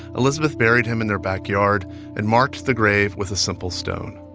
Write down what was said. elizabeth buried him in their backyard and marked the grave with a simple stone.